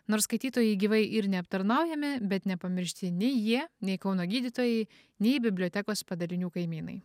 nors skaitytojai gyvai ir neaptarnaujami bet nepamiršti nei jie nei kauno gydytojai nei bibliotekos padalinių kaimynai